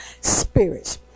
spirits